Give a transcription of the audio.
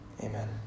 Amen